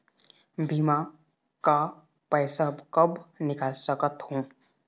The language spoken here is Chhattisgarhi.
बीमा का पैसा कब निकाल सकत हो?